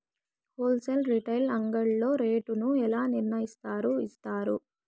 Whole sale retail అంగడ్లలో rate ను ఎలా నిర్ణయిస్తారు యిస్తారు?